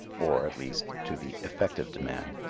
or, at least, to the effective demand,